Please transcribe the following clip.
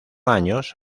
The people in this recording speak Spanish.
años